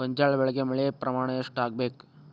ಗೋಂಜಾಳ ಬೆಳಿಗೆ ಮಳೆ ಪ್ರಮಾಣ ಎಷ್ಟ್ ಆಗ್ಬೇಕ?